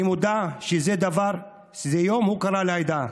אני מודע לכך שזה יום הוקרה לעדה,